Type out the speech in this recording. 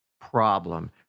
problem